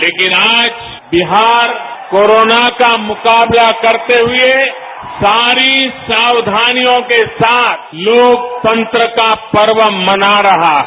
लेकिन आज बिहार कोरोना का मुकाबला करते हुए सारी सावधानियों के साथ लोकतंत्र का पर्व मना रहा है